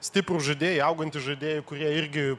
stiprūs žaidėjai augantys žaidėjai kurie irgi